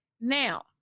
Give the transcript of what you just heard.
now